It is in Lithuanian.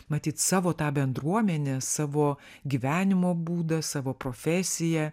matyt savo tą bendruomenę savo gyvenimo būdą savo profesiją